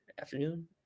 Afternoon